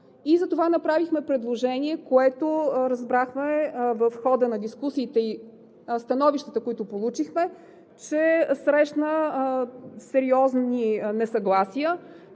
И затова направихме предложение, което разбрахме в хода на дискусиите и становищата, които получихме, че срещна сериозни несъгласия.